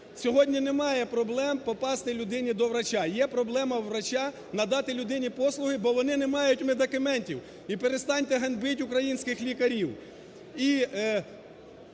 Сьогодні немає проблем попасти людині до врача, є проблема врача надати людині послуги, бо вони не мають медикаментів. І перестаньте ганьбити українських лікарів.